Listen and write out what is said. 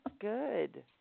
good